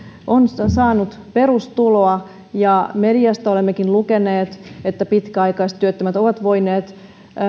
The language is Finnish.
on saanut perustuloa ja mediasta olemmekin lukeneet että pitkäaikaistyöttömät ovat voineet